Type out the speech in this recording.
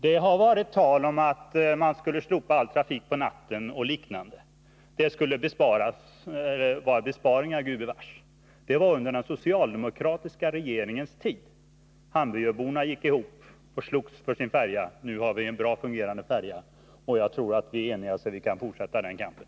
Det har varit tal om att man skulle slopa all trafik på natten och liknande. Det skulle ge besparingar, gudbevars. Det var under den socialdemokratiska regeringens tid. Hamburgöborna gick ihop och slogs för sin färja, och nu har vi en bra fungerande färja. Jag tror att vi är eniga och kan fortsätta den kampen.